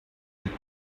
with